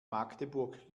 magdeburg